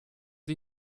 sie